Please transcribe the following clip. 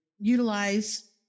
utilize